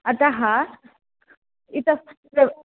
अतः इतः प्